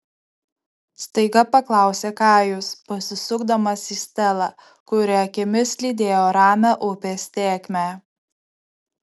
staiga paklausė kajus pasisukdamas į stelą kuri akimis lydėjo ramią upės tėkmę